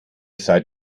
seid